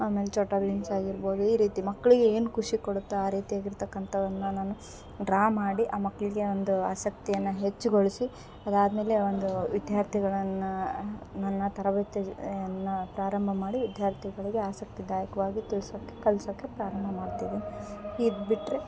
ಆಮೇಲೆ ಚೋಟಭೀಮ್ಸ್ ಆಗಿರ್ಬೌದು ಈ ರೀತಿ ಮಕ್ಕಳಿಗೆ ಏನು ಖುಷಿ ಕೊಡುತ್ತೆ ಆ ರೀತಿಯಾಗಿ ಇರ್ತಕಂಥವನ್ನ ನಾನು ಡ್ರಾ ಮಾಡಿ ಆ ಮಕ್ಕಳಿಗೆ ಒಂದು ಆಸಕ್ತಿಯನ್ನು ಹೆಚ್ಚುಗೊಳ್ಸಿ ಅದಾದ್ಮೇಲೆ ಒಂದು ವಿದ್ಯಾರ್ಥಿಗಳನ್ನ ನನ್ನ ತರಗತಿಯನ್ನು ಪ್ರಾರಂಭ ಮಾಡಿ ವಿದ್ಯಾರ್ಥಿಗಳಿಗೆ ಆಸಕ್ತಿದಾಯಕವಾಗಿ ತಿಳಿಸೋಕೆ ಕಲಿಸೋಕೆ ಪ್ರಾರಂಭ ಮಾಡ್ತೀವಿ ಇದುಬಿಟ್ರೆ